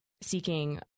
seeking